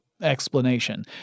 explanation